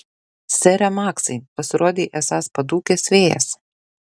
sere maksai pasirodei esąs padūkęs vėjas